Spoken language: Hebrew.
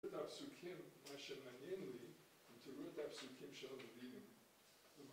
תראו את הפסוקים, מה שמעניין לי, ותראו את הפסוקים שראינו